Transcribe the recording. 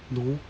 no